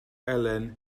elen